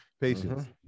Patience